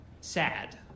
sad